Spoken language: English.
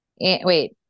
Wait